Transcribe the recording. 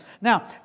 Now